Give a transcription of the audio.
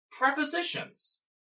prepositions